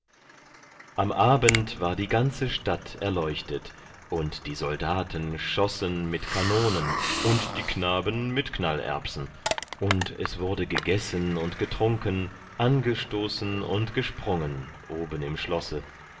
am abend war die ganze stadt erleuchtet und die soldaten schossen mit kanonen und die knaben mit knallerbsen und es wurde gegessen und getrunken angestoßen und gesprungen oben im schlosse